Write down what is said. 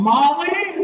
Molly